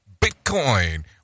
bitcoin